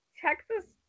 Texas